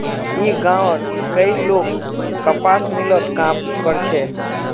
ई गांवउर कई लोग कपास मिलत काम कर छे